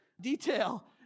detail